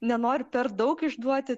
nenoriu per daug išduoti